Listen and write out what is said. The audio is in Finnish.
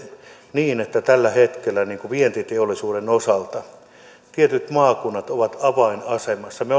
niin että tällä hetkellä vientiteollisuuden osalta tietyt maakunnat ovat avainasemassa me